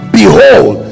behold